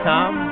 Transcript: Tom